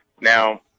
Now